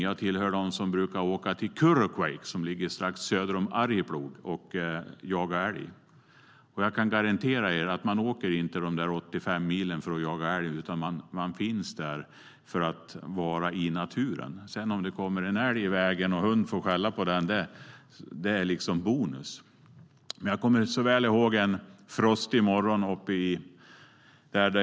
Jag tillhör dem som brukar åka till Kurrokvejk, som ligger strax söder om Arjeplog, för att jaga älg. Jag kan garantera er att man inte åker de 85 milen för att jaga älg utan för att vara i naturen. Om det sedan kommer en älg i vägen och hunden får skälla på den är det liksom bonus. Jag kommer så väl ihåg en frostig morgon.